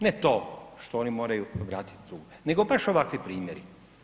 Ne to što oni moraju vratiti dug, nego baš ovakvi primjeri.